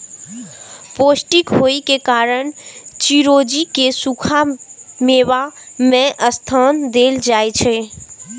पौष्टिक होइ के कारण चिरौंजी कें सूखा मेवा मे स्थान देल जाइ छै